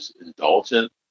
indulgent